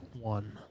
One